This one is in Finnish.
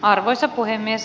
arvoisa puhemies